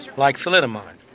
like thalidomide,